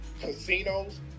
casinos